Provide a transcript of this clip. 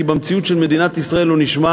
כי במציאות של מדינת ישראל הוא נשמע